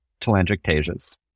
telangiectasias